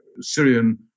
Syrian